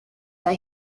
that